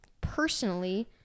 personally